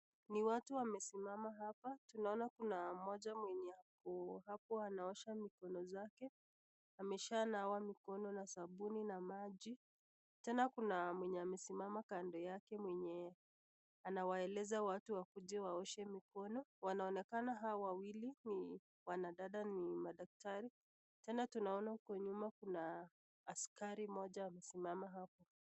Ni watu wamesimama hapa. Tunaona kuna mmoja mwenye ako hapo anaosha mikono zake, ameshanawa mikono na sabuni na maji. Tena kuna mwenye amesimama kando yake mwenye anawaeleza watu wakuje waoshe mikono. Wanaonekana hawa wawili ni wanadada ni madaktari. Tena tunaona huku nyuma kuna askari mmoja amesimama hapo.